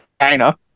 China